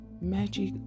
magic